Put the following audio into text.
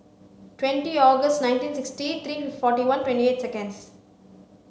twenty August nineteen sixty three forty one twenty eight seconds